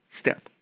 step